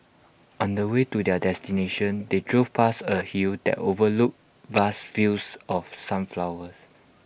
on the way to their destination they drove past A hill that overlooked vast fields of sunflowers